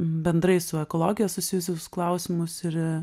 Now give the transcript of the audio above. bendrai su ekologija susijusius klausimus ir